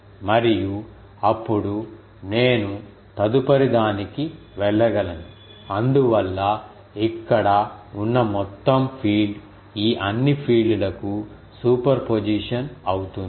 మరియు అప్పుడు నేను తదుపరిదానికి వెళ్ళగలను అందువల్ల ఇక్కడ ఉన్న మొత్తం ఫీల్డ్ ఈ అన్ని ఫీల్డ్ లకు సూపర్ పొజిషన్ అవుతుంది